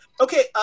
okay